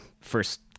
first